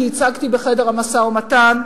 כי ייצגתי בחדר המשא-ומתן,